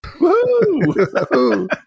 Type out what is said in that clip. Woo